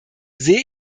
sehe